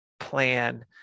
plan